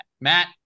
Matt